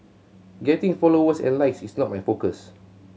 getting followers and likes is not my focus